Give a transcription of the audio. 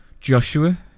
Joshua